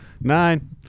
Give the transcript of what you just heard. Nine